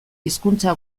hizkuntza